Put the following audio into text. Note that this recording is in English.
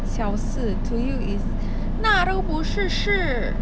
小事 to you is 那都不是事